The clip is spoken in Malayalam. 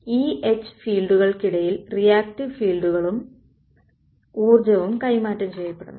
E H ഫീൽഡുകൾക്കിടയിൽ റിയാക്ടീവ് ഫീൽഡുകളും ഊർജ്ജവും കൈമാറ്റം ചെയ്യപ്പെടുന്നു